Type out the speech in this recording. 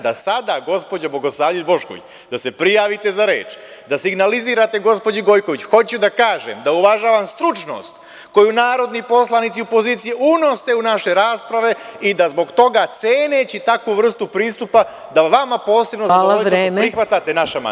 Da sada gospođo Bogosavljević Bošković, da se prijavite za reč, da signalizirate gospođi Gojković - hoću da kažem, da uvažavam stručnost koju narodni poslanici opozicije unose u naše rasprave i da zbog toga ceneći takvu vrstu pristupa, da o vama posebno… prihvatate naš amandman.